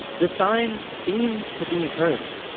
the signs seemed to be encouraging.